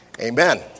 Amen